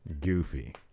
goofy